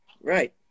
Right